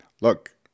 Look